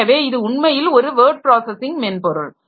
எனவே இது உண்மையில் ஒரு வேர்ட் ப்ராஸஸிங் மென்பொருள்